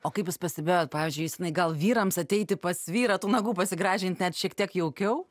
o kaip jūs pastebėjot pavyzdžiui justinai gal vyrams ateiti pas vyrą tų nagų pasigražint net šiek tiek jaukiau